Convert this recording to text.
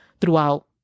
throughout